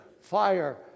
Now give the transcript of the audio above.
fire